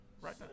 Right